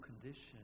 condition